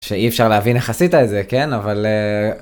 שאי אפשר להבין איך עשית את זה, כן? אבל...